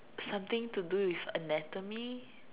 something to do with anatomy